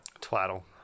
twaddle